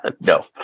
No